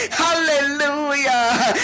hallelujah